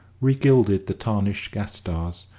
re-gilded the tarnished gas-stars,